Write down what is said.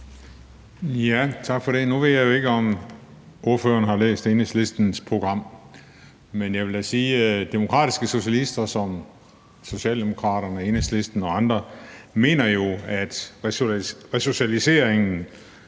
Tak for det. Nu ved jeg jo ikke, om ordføreren har læst Enhedslistens program, men jeg vil da sige, at demokratiske socialister som Socialdemokraterne, Enhedslisten og andre jo mener, at resocialiseringen